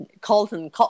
Colton